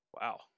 Wow